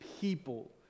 people